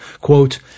Quote